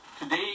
Today